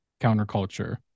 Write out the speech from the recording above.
counterculture